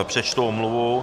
Přečtu omluvu.